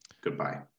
Goodbye